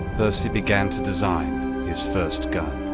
percy began to design his first gun.